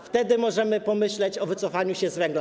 Wtedy możemy pomyśleć o wycofaniu się z węgla.